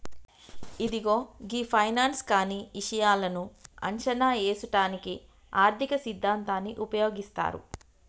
ఇదిగో గీ ఫైనాన్స్ కానీ ఇషాయాలను అంచనా ఏసుటానికి ఆర్థిక సిద్ధాంతాన్ని ఉపయోగిస్తారు